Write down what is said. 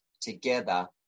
together